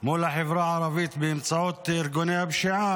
מול החברה הערבית באמצעות ארגוני הפשיעה,